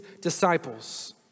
disciples